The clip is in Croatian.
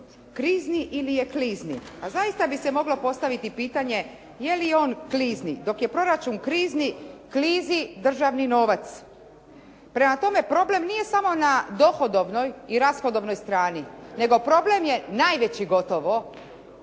krizni ili je klizni, a zaista bi se moglo postaviti pitanje je li on klizni? Dok je proračun krizni klizi državni novac. Prema tome, problem nije samo na dohodovnoj i rashodovnoj strani, nego problem je najveći gotovo